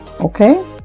okay